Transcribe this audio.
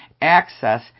access